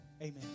amen